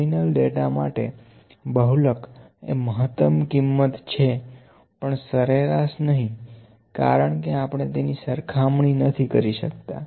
nominal data માટે બહૂલક એ મહતમ કિંમત છે પણ સરેરાશ નહિ કારણકે આપણે તેની સરખામણી નથી કરી શકતા